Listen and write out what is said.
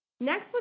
Next